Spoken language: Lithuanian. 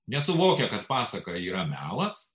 nesuvokia kad pasaka yra melas